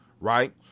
right